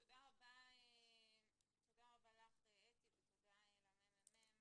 תודה רבה לך אתי ותודה לממ"מ.